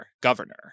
governor